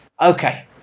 Okay